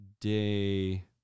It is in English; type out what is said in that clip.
day